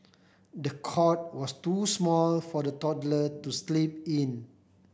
the cot was too small for the toddler to sleep in